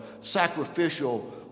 sacrificial